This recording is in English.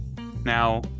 Now